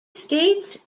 stage